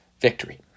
victory